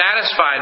satisfied